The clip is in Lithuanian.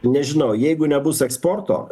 nežinau jeigu nebus eksporto